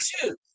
two